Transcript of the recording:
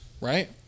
right